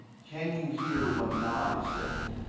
can you hear what god is saying?